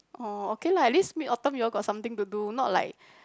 oh okay lah at least Mid Autumn you all got something to do not like